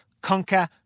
conquer